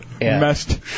messed